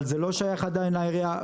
אבל זה לא שייך עדיין לעירייה.